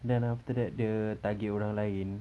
then after that dia target orang lain